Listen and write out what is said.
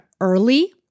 early